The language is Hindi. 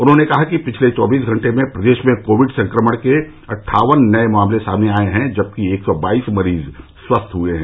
उन्होंने कहा कि पिछले चौबीस घंटे में प्रदेश में कोविड संक्रमण के अट्ठावन नए मामले सामने आए हैं जबकि एक सौ बाईस मरीज स्वस्थ हुए हैं